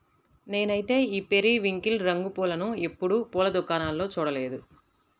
నేనైతే ఈ పెరివింకిల్ రంగు పూలను ఎప్పుడు పూల దుకాణాల్లో చూడలేదు